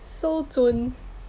so 准